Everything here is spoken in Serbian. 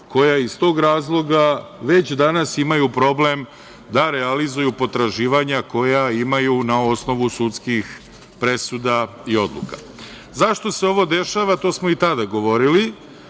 koja iz tog razloga već danas imaju problem da realizuju potraživanja koja imaju na osnovu sudskih presuda i odluka.Zašto se ovo dešava? To smo i tada govorili,